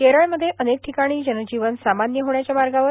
केरळमध्ये अनेक ठिकाणी जनजीवन सामान्य होण्याच्या मार्गावर